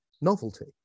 novelty